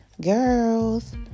girls